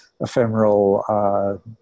ephemeral